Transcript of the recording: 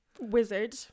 Wizard